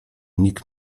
nikt